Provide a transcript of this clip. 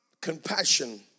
compassion